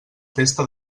festa